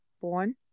born